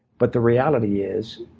but the reality is